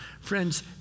Friends